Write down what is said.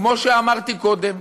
כמו שאמרתי קודם